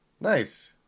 Nice